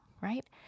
right